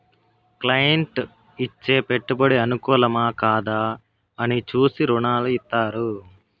client ఇచ్చే పెట్టుబడి అనుకూలమా, కాదా అని చూసి రుణాలు ఇత్తారు